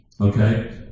Okay